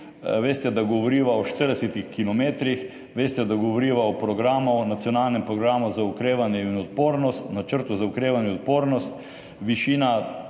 Veste, da govoriva o 40 kilometrih, veste, da govoriva o programu, o nacionalnem programu za okrevanje in odpornost, Načrtu za okrevanje in odpornost. Višina